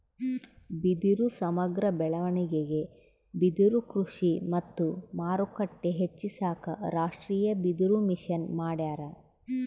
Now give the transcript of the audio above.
ಬಿದಿರು ಸಮಗ್ರ ಬೆಳವಣಿಗೆಗೆ ಬಿದಿರುಕೃಷಿ ಮತ್ತು ಮಾರುಕಟ್ಟೆ ಹೆಚ್ಚಿಸಾಕ ರಾಷ್ಟೀಯಬಿದಿರುಮಿಷನ್ ಮಾಡ್ಯಾರ